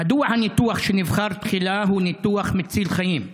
1. מדוע הניתוח שנבחר תחילה הוא ניתוח מציל חיים?